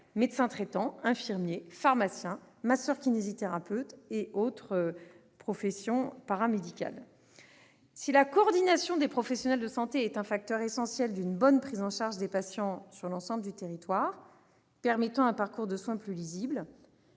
médecins traitants, infirmiers, pharmaciens, masseurs-kinésithérapeutes et autres auxiliaires médicaux. Si la coordination des professionnels de santé est un facteur essentiel d'une bonne prise en charge des patients sur l'ensemble du territoire et permet un parcours de soins plus lisible,